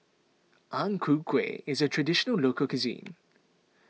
Ang Ku Kueh is a Traditional Local Cuisine